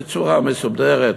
בצורה מסודרת,